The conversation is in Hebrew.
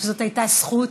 שזאת הייתה זכות.